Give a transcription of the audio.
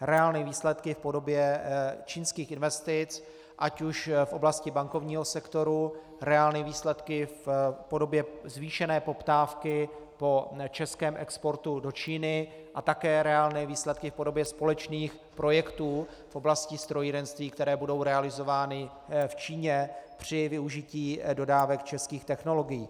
Reálné výsledky v podobě čínských investic ať už v oblasti bankovního sektoru, reálné výsledky v podobě zvýšené poptávky po českém exportu do Číny a také reálné výsledky v podobě společných projektů v oblasti strojírenství, které budou realizovány v Číně při využití dodávek českých technologií.